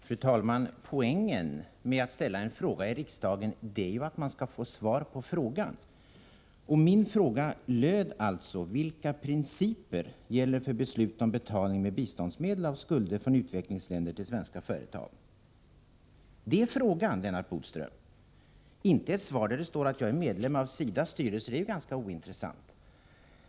Fru talman! Poängen med att ställa en fråga i riksdagen är ju att man skall få svar på den. Min fråga löd: Vilka principer gäller för beslut om betalning med biståndsmedel av skulder från utvecklingsländer till svenska företag? Det är frågan, Lennart Bodström. Ett svar, där det sägs att jag är medlem av SIDA:s styrelse, är ganska ointressant.